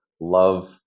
love